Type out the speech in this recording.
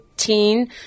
teen